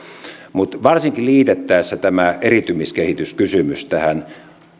ja varsinkin jos liitetään tämä eriytymiskehityskysymys tähän